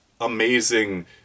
amazing